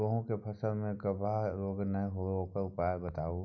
गेहूँ के फसल मे गबहा रोग नय होय ओकर उपाय बताबू?